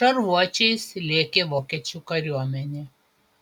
šarvuočiais lėkė vokiečių kariuomenė